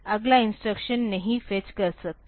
तो मैं अगला इंस्ट्रक्शन नहीं फेच कर सकता